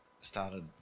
started